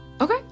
Okay